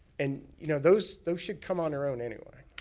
and you know those those should come on their own, anyway.